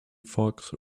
fox